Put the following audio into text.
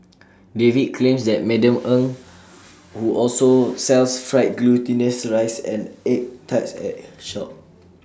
David claims that Madam Eng who also sells fried glutinous rice and egg tarts at her shop